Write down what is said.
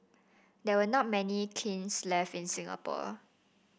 there are not many kilns left in Singapore